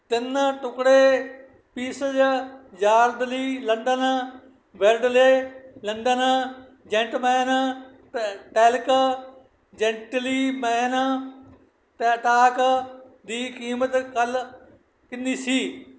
ਤਿੰਨ ਟੁਕੜੇ pieces Yardley London Yardley London gentleman ਟੈ ਟੈਲਕ ਜੇਂਟਲੀਮੈਨ ਟ ਟਾਕ ਦੀ ਕੀਮਤ ਕੱਲ ਕਿੰਨੀ ਸੀ